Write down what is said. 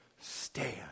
stand